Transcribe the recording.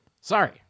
Sorry